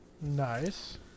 Nice